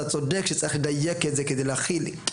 אתה צודק שצריך לדייק את זה כדי להכיל את